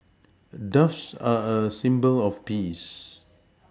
doves are a symbol of peace